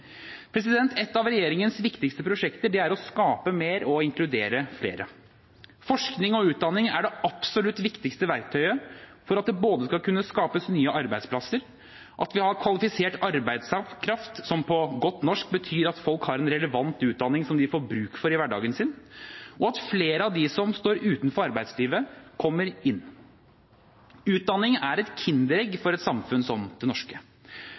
Et av regjeringens viktigste prosjekter er å skape mer og inkludere flere. Forskning og utdanning er det absolutt viktigste verktøyet for at det både skal kunne skapes nye arbeidsplasser, at vi har kvalifisert arbeidskraft, som på godt norsk betyr at folk har en relevant utdanning som de får bruk for i hverdagen sin, og at flere av dem som står utenfor arbeidslivet, kommer inn. Utdanning er et kinderegg for et samfunn som det norske,